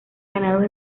ganados